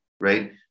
Right